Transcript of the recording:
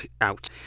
out